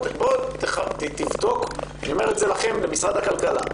אני אומר למשרד הכלכלה,